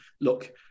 look